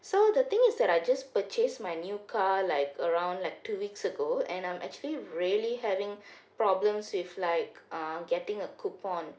so the thing is that I just purchase my new car like around like two weeks ago and I'm actually really having problems with like uh getting a coupon